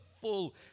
full